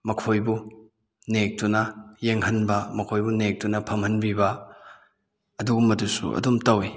ꯃꯈꯣꯏꯕꯨ ꯅꯦꯛꯇꯨꯅ ꯌꯦꯡꯍꯟꯕ ꯃꯈꯣꯏꯕꯨ ꯅꯦꯛꯇꯨꯅ ꯐꯝꯍꯟꯕꯤꯕ ꯑꯗꯨꯒꯨꯝꯕꯗꯨꯁꯨ ꯑꯗꯨꯝ ꯇꯧꯏ